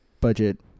budget